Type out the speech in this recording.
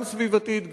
גם סביבתית,